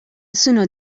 sono